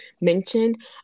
mentioned